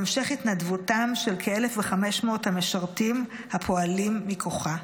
המשך התנדבותם של כ-1,500 המשרתים הפועלים מכוחה.